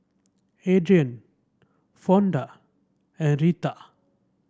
Adrian Fonda and Retha